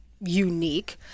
unique